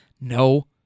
No